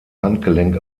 handgelenk